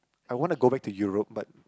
I want to go back to Europe but